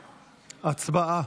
הצבעה.